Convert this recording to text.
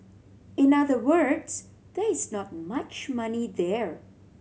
in other words there is not much money there